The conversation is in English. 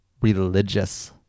religious